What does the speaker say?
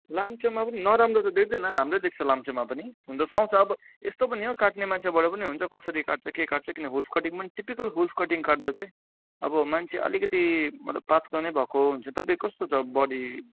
लाम्चोमा पनि नराम्रो त देख्दैन राम्रै देख्छ लाम्चोमा पनि हुनु त सुहाउँछ अब यस्तो पनि हो अब काट्ने मान्छेबाट पनि हुन्छ कसरी काट्छ के काट्छ किन वुल्फ कटिङ पनि टिपिकल वुल्फ कटिङ काट्दा चाहिँ अब मान्छे अलिकति मतलब पातला नै भएको हुन्छ तपाईँ कस्तो छ बडी